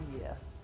Yes